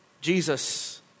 Jesus